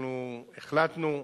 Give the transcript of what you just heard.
אנחנו החלטנו,